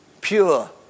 pure